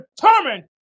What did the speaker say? determined